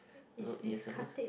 no you're suppose